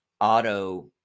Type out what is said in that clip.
auto